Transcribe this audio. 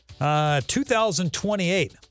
2028